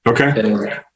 Okay